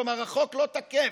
כלומר, החוק לא תקף,